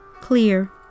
Clear